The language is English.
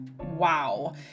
Wow